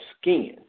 skin